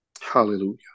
Hallelujah